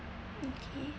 okay